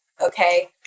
okay